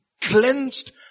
cleansed